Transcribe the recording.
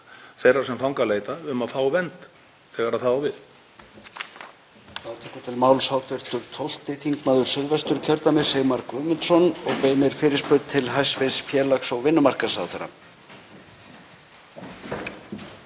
þeirra sem þangað leita til að fá vernd þegar það á við.